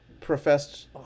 professed